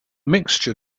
mixture